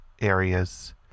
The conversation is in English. areas